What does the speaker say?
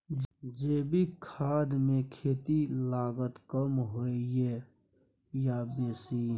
जैविक खाद मे खेती के लागत कम होय ये आ बेसी?